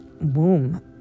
womb